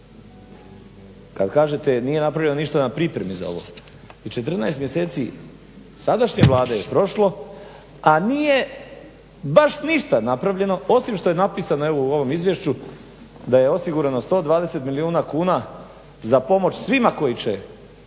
kad kažete nije napravljeno ništa na pripremi za ovo, već 14 mjeseci sadašnje Vlade je prošlo, a nije baš ništa napravljeno osim što je napisano evo u ovom Izvješću da je osigurano 120 milijuna kuna za pomoć svima koji će